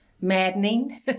maddening